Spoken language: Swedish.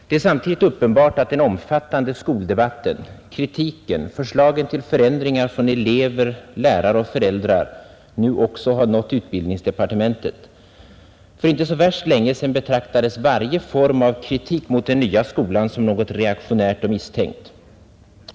Det är samtidigt uppenbart att den omfattande skoldebatten — kritiken, förslagen till förändringar från elever, lärare och föräldrar — nu nått också utbildningsdepartementet. För inte så värst länge sedan betraktades varje form av kritik mot den nya skolan som något reaktionärt och misstänkt.